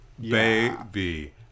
baby